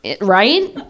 Right